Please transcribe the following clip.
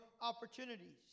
opportunities